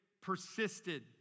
persisted